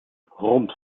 rums